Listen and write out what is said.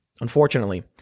Unfortunately